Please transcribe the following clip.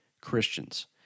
Christians